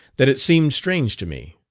that it seemed strange to me.